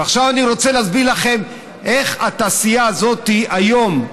ועכשיו אני רוצה להסביר לכם איך התעשייה הזאת היום.